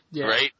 right